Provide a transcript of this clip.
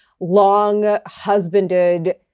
long-husbanded